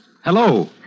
Hello